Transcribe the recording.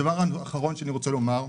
הדבר האחרון שאני רוצה לומר,